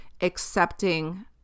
accepting